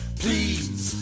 please